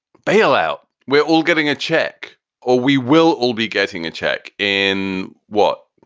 bail out. we're all getting a check or we will all be getting a check in, what,